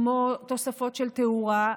כמו תוספות של תאורה,